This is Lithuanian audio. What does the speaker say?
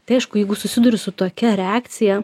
tai aišku jeigu susiduri su tokia reakcija